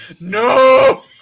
No